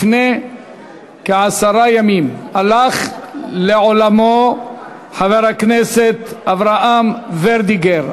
לפני כעשרה ימים הלך לעולמו חבר הכנסת אברהם ורדיגר.